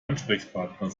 ansprechpartner